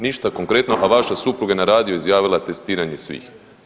Ništa konkretno, a vaša supruga je na radiju izjavila testiranje svih.